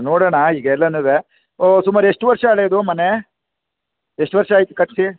ನೋಡೋಣ ಈಗ ಎಲ್ಲಾನೂ ಓಹ್ ಸುಮಾರು ಎಷ್ಟು ವರ್ಷ ಹಳೆಯದು ಮನೆ ಎಷ್ಟು ವರ್ಷ ಆಯ್ತು ಕಟ್ಟಿಸಿ